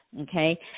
okay